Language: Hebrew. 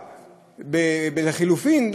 ולחלופין,